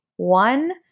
One